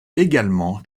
également